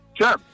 Sure